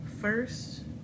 first